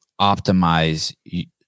optimize